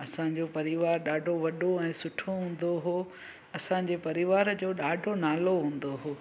असांजो परिवार ॾाढो वॾो ऐं सुठो हूंदो हो असांजे परिवार जो ॾाढो नालो हूंदो हो